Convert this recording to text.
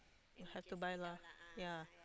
you have to buy lah ya